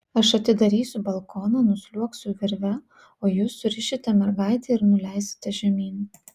aš atidarysiu balkoną nusliuogsiu virve o jūs surišite mergaitę ir nuleisite žemyn